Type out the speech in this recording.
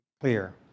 Clear